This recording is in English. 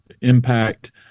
impact